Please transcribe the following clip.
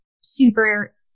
super